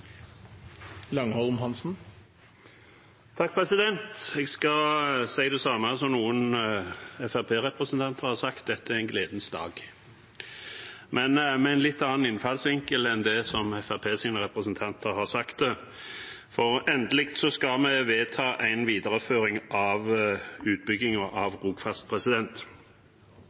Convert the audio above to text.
Jeg skal si det samme som noen Fremskrittsparti-representanter har sagt: Dette er en gledens dag. Men jeg skal gjøre det med en litt annen innfallsvinkel enn Fremskrittspartiets representanter: Endelig skal vi vedta en videreføring av utbyggingen av Rogfast.